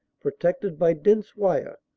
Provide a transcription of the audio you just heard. protected by dense wire,